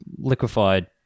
liquefied